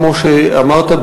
כמו שאמרת,